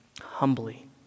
humbly